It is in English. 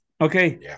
Okay